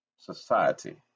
society